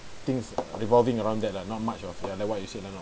things revolving around that lah not much of ya like what you said lah not